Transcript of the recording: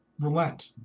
relent